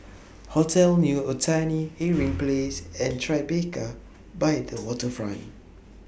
Hotel New Otani Irving Place and Tribeca By The Waterfront